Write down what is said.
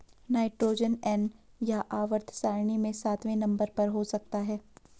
nitrogen N यह आवर्त सारणी में सातवें नंबर पर हो सकता है